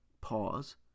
pause